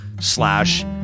slash